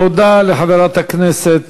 תודה לחברת הכנסת